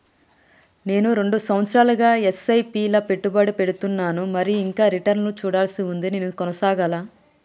నేను రెండు సంవత్సరాలుగా ల ఎస్.ఐ.పి లా పెట్టుబడి పెడుతున్నాను మరియు ఇంకా రిటర్న్ లు చూడాల్సి ఉంది నేను కొనసాగాలా?